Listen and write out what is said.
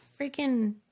freaking